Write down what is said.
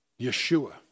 Yeshua